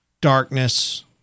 darkness